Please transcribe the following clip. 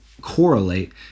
correlate